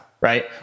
Right